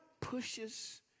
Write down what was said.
pushes